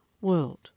world